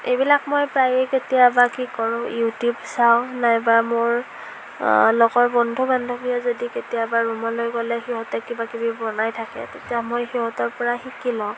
এইবিলাক মই প্ৰায়েই কেতিয়াবা কি কৰোঁ ইউটিউব চাওঁ নাইবা মোৰ লগৰ বন্ধু বান্ধৱীয়ে যদি কেতিয়াবা ৰূমলৈ গ'লে সিহঁতে কিবা কিবি বনাই থাকে তেতিয়া মই সিহঁতৰ পৰা শিকি লওঁ